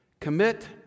commit